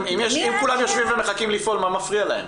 אם כולם יושבים ומחכים לפעול, מה מפריע להם?